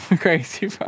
crazy